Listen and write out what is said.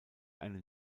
einen